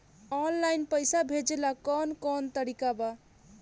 Online पइसा भेजेला कवन कवन तरीका बा?